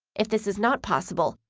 if this is not possible,